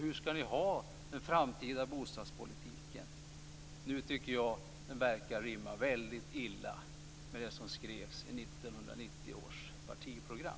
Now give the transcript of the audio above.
Hur skall ni ha det med den framtida bostadspolitiken? Jag tycker att dagens bostadspolitik rimmar väldigt illa med det som skrevs i 1990 års partiprogram.